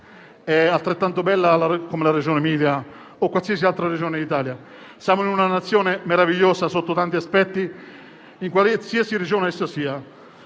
è altrettanto bella come la Regione Emilia o qualsiasi altra Regione d'Italia. Siamo in una Nazione meravigliosa sotto tanti aspetti, di qualsiasi Regione si